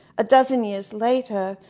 a dozen years later,